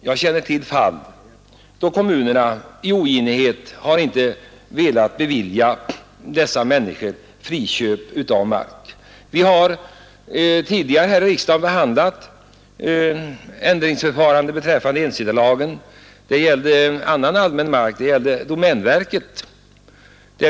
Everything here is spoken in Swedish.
Jag känner till fall då kommunerna i oginhet inte har velat bevilja människor friköp av mark. Vi har tidigare här i riksdagen behandlat ändringsförfarande beträffande ensittarlagen i fråga om annan mark — det gällde domänverket.